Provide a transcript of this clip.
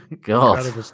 God